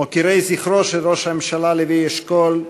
מוקירי זכרו של ראש הממשלה לוי אשכול,